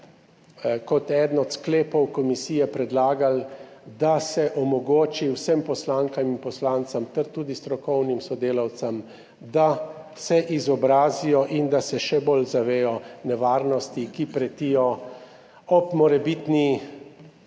kot eden od sklepov komisije predlagali, da se omogoči vsem poslankam in poslancem ter tudi strokovnim sodelavcem, da se izobrazijo in da se še bolj zavejo nevarnosti, ki pretijo ob morebitni